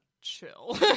chill